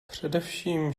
především